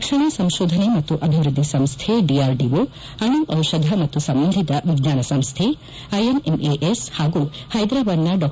ರಕ್ಷಣಾ ಸಂತೋಧನೆ ಮತ್ತು ಅಭಿವ್ಯದ್ದಿ ಸಂಸ್ವೆ ಡಿಆರ್ಡಿಒ ಅಣು ಜಿಷಧ ಮತ್ತು ಸಂಬಂಧಿತ ವಿಜ್ಞಾನ ಸಂಸೆ ಐಎನ್ಎಂಎಎಸ್ ಹಾಗೂ ಪೈದ್ರಾಬಾದ್ನ ಡಾ